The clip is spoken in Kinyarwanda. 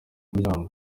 kuryama